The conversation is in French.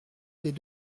ses